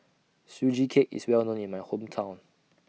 Sugee Cake IS Well known in My Hometown